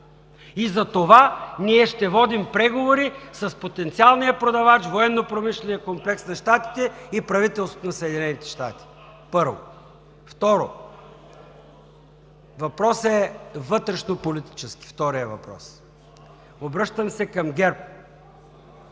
И затова ние ще водим преговори с потенциалния продавач – военнопромишления комплекс на Щатите и правителството на Съединените щати, първо. Второ, въпросът е вътрешнополитически. Вторият въпрос. Обръщам се към ГЕРБ: